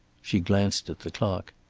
she glanced at the clock.